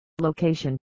location